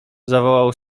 zawołał